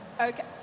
Okay